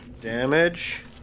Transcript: damage